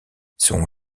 son